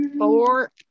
four